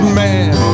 man